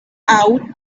out